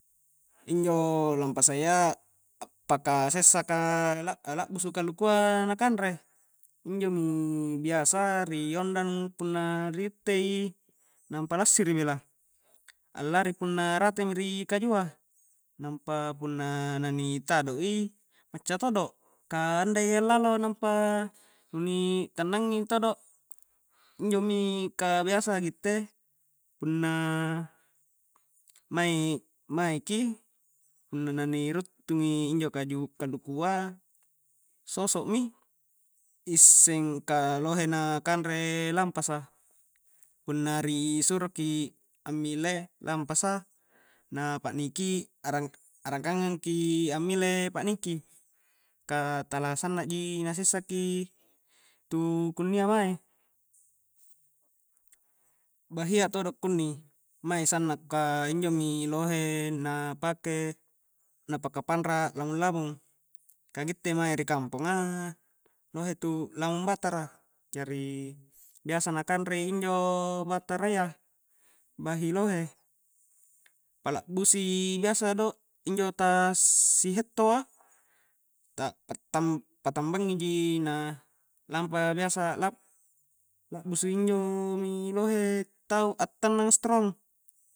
Injo lampasa iya appaka sessa kalak alakbusu kalukua na kanre, injomi biasa ri ondang punna ri itte nampa lassiri belaa allari punna ratemi ri kajua nampa punna na ni tadok i macca todok ka andai allallo nampa nu ni tannangngi todo, injomi ka biasa gitte punna mae'-maeki punna na ri ruttung injo kaju kalukua sosokmi isseng ka lohe na kanre lampasa, punna ri suroki ammile lampasa na pakniki arang-arakangngang ki ammile pakniki ka tala sanna jaki na sessa tu kunnia mae bahia todo kunni mae sanna kaa injomi lohe na pake na paka panrak lamung-lamung ka gitte mae ri kampongnga lohe tu'lamung batara, jari biasa na kanre injo batarayya bahi lohe palakbusi biasa do' injo ta' sihetto a ta pattam-patambangngi ji na lampa biasa lab-lakbusui injomi biasa lohe tau a'tannang setrong